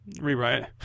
Rewrite